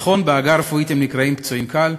נכון, בעגה הרפואית הם נקראים פצועים קל,